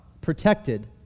protected